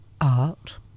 art